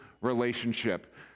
relationship